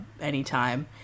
anytime